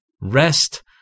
rest